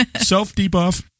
Self-debuff